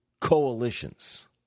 coalitions